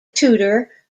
tutor